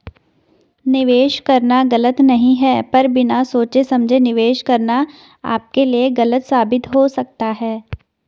निवेश करना गलत नहीं है पर बिना सोचे समझे निवेश करना आपके लिए गलत साबित हो सकता है